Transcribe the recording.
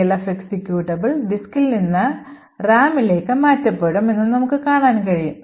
ELF executable ഡിസ്കിൽ നിന്ന് റാമിലേക്ക് മാറ്റപ്പെടും എന്നും നമുക്ക് കാണാൻ കഴിയും